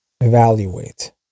evaluate